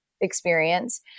experience